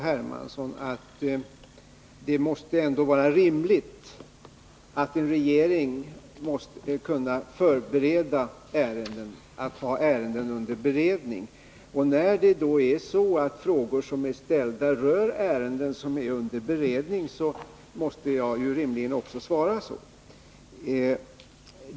Hermansson att det måste ändå vara rimligt att en regering förbereder ärenden — att den har ärenden under beredning. När ställda frågor rör ärenden som är under beredning måste jag rimligen också svara så.